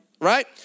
right